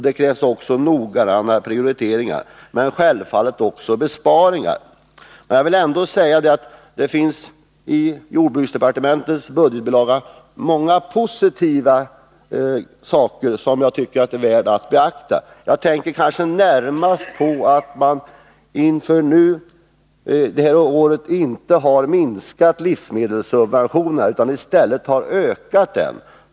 Det krävs också noggranna prioriteringar men självfallet också besparingar. Jag vill ändå säga att det i jordbruksdepartementets budgetbilaga finns mycket positivt som är värt att beakta. Jag tänker kanske närmast på att man inför detta år inte har minskat livsmedelssubventionerna utan i stället ökat dem.